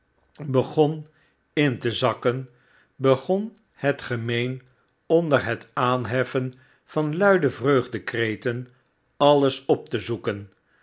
begon m te zakken begon het gemeen onder het aanherlen van luide vreugdekreten alles op te zoeken